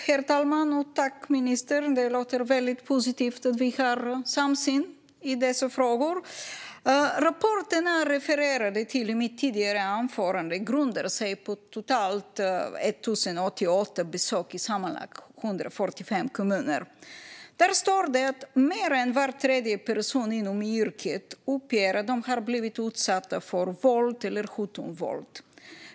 Herr talman! Tack, ministern, för svaret! Det låter väldigt positivt att vi har en samsyn i dessa frågor. Den rapport jag refererade till i mitt tidigare anförande grundar sig på totalt 1 088 besök i sammanlagt 145 kommuner. Där står det att mer än var tredje person inom yrket uppger att de har blivit utsatta för våld eller hot om våld.